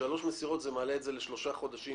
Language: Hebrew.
שלוש מסירות מעלה את זה לשלושה חודשים